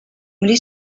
muri